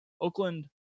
oakland